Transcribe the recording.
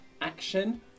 action